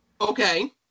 okay